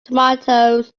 tomatoes